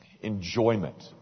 enjoyment